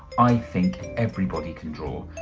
i think everybody can draw,